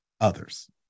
others